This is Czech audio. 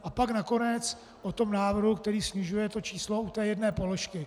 A pak nakonec o návrhu, který snižuje to číslo u jedné položky.